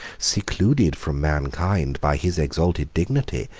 secluded from mankind by his exalted dignity,